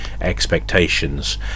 expectations